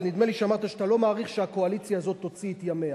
אבל נדמה לי שאמרת שאתה לא מעריך שהקואליציה הזאת תוציא את ימיה,